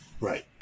Right